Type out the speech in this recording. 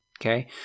Okay